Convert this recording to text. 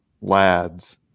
lads